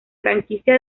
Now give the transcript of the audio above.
franquicia